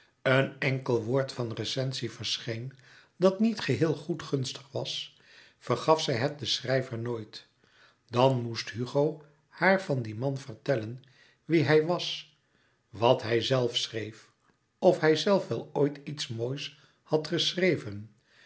een enkel woord van recensie verscheen dat niet geheel goedgunstig was vergaf zij het den schrijver nooit dan moest hugo haar van dien man vertellen wie hij was wat hijzelf schreef of hijzelf wel ooit iets moois had geschreven